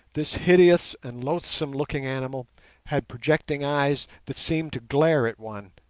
this hideous and loathsome-looking animal had projecting eyes that seemed to glare at one,